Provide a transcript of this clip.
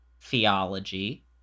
theology